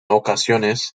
ocasiones